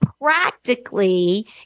practically